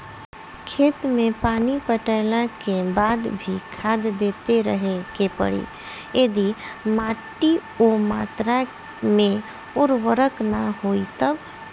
खेत मे पानी पटैला के बाद भी खाद देते रहे के पड़ी यदि माटी ओ मात्रा मे उर्वरक ना होई तब?